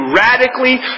radically